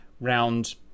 round